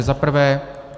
Za prvé.